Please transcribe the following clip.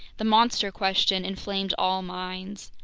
the monster question inflamed all minds.